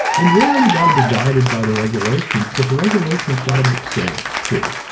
and yeah, we've got to be guided by the regulations, but the regulations got to make sense too.